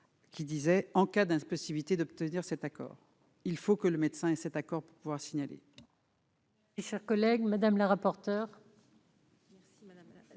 qui disait en cas d'impossibilité d'obtenir cet accord, il faut que le médecin, et cet accord pour pouvoir signaler.